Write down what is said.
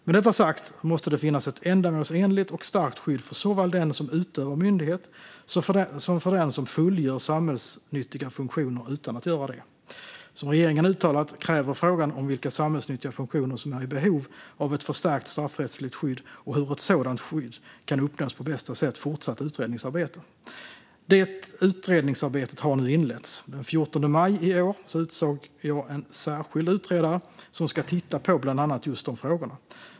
Med detta sagt måste det finnas ett ändamålsenligt och starkt skydd såväl för den som utövar myndighet som för den som fullgör samhällsnyttiga funktioner utan att göra det. Som regeringen uttalat kräver frågan om vilka samhällsnyttiga funktioner som är i behov av ett förstärkt straffrättsligt skydd och hur ett sådant skydd kan uppnås på bästa sätt fortsatt utredningsarbete. Det utredningsarbetet har nu inletts. Den 14 maj i år utsåg jag en särskild utredare som ska titta på bland annat just de frågorna.